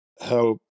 help